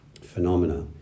phenomena